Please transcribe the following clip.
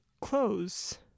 close